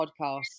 podcast